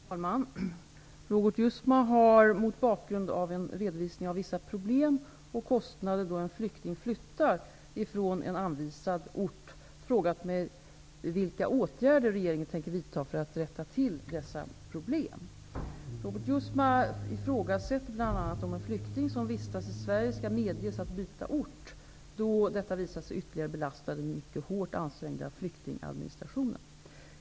Herr talman! Robert Jousma har, mot bakgrund av en redovisning av vissa problem och kostnader då en flykting flyttar från en anvisad ort, frågat mig vilka åtgärder regeringen tänker vidta för att rätta till dessa problem. Robert Jousma ifrågasätter bl.a. om en flykting som vistas i Sverige skall medges att byta ort, då detta visat sig ytterligare belasta den mycket hårt ansträngda flyktingadministrationen.